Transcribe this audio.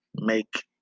make